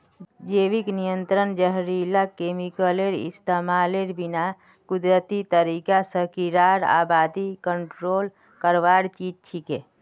जैविक नियंत्रण जहरीला केमिकलेर इस्तमालेर बिना कुदरती तरीका स कीड़ार आबादी कंट्रोल करवार चीज छिके